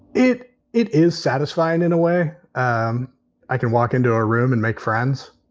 it it is satisfying in a way. um i can walk into a room and make friends.